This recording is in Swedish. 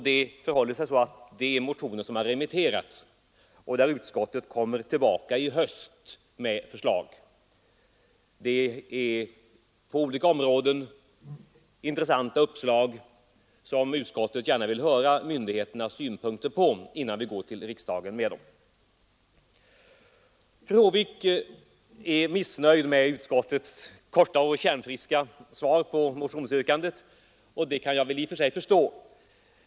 Det förhåller sig så att dessa motioner har remitterats, och utskottet kommer i höst tillbaka med förslag beträffande dem. Det gäller intressanta uppslag på olika områden där utskottet gärna vill höra myndigheternas synpunkter innan ett betänkande angående motionerna lämnas till riksdagen. Fru Håvik är missnöjd med utskottets korta och kärnfulla svar på motionsyrkandet, och det kan jag i och för sig förstå.